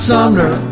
Sumner